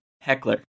Heckler